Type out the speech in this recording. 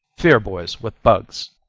fear boys with bugs.